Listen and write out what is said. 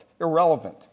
Irrelevant